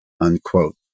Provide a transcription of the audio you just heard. unquote